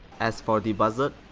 as for the buzzard,